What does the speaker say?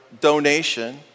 donation